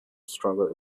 struggle